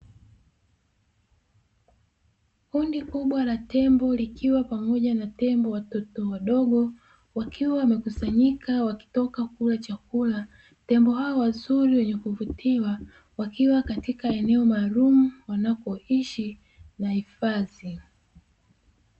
Kundi kubwa la tembo likiwa pamoja na tembo watoto wadogo, wakiwa wamekusanyika wakitoka kula chakula, tembo hao wazuri wenye kuvutia wakiwa katika eneo maalumu wanapoishi la hifadhi.